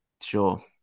Sure